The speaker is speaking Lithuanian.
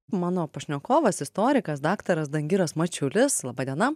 mano pašnekovas istorikas daktaras dangiras mačiulis laba diena